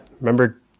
remember